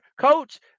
coach